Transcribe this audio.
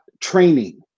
training